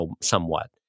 somewhat